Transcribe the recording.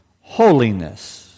holiness